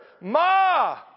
Ma